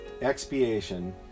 expiation